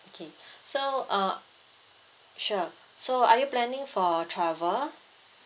okay so uh sure so are you planning for travel